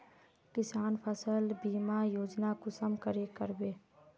किसान फसल बीमा योजना कुंसम करे करबे?